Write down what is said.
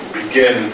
begin